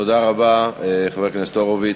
תודה רבה, חבר הכנסת הורוביץ.